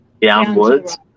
downwards